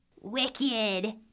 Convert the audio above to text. Wicked